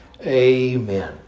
Amen